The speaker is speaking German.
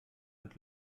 und